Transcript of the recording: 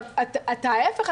ההיפך,